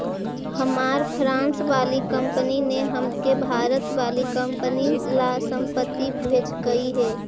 हमार फ्रांस वाली कंपनी ने हमको भारत वाली कंपनी ला संपत्ति भेजकई हे